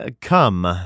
come